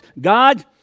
God